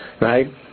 right